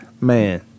man